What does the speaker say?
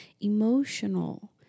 emotional